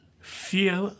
fear